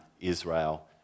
Israel